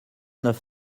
neuf